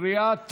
קריאה טרומית.